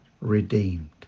redeemed